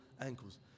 ankles